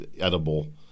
edible